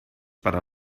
para